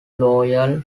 loyal